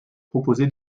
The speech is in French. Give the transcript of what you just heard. proposé